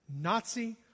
Nazi